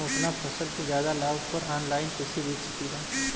हम अपना फसल के ज्यादा लाभ पर ऑनलाइन कइसे बेच सकीला?